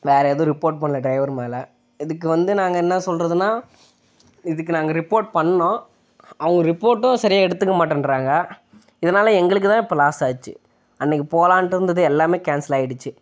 வேறு எதுவும் ரிப்போர்ட் பண்ணல டிரைவர் மேலே இதுக்கு வந்து நாங்கள் என்ன சொல்லுறதுன்னா இதுக்கு நாங்கள் ரிப்போர்ட் பண்ணிணோம் அவங்க ரிப்போர்ட்டும் சரியாக எடுத்துக்க மாட்டேன்றாங்க இதனால் எங்களுக்கு தான் இப்போ லாஸ் ஆச்சு அன்னைக்கு போகலான்ட்டு இருந்தது எல்லாமே கேன்சல் ஆகிடுச்சி